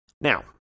Now